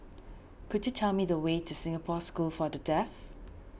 could you tell me the way to Singapore School for the Deaf